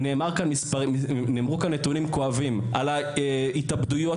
נאמרו כאן נתונים כואבים על ההתאבדויות,